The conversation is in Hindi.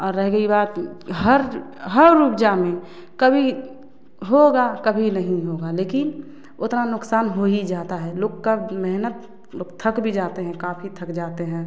और रह गई बात हर हर उपजा में कभी होगा कभी नहीं होगा लेकिन उतना नुकसान हो ही जाता हैं लोग कब मेहनत लोग थक भी जाते हैं काफ़ी थक जाते हैं